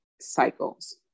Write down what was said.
cycles